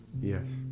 Yes